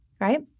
right